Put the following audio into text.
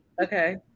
Okay